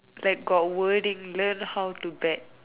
like got wording learn how to bet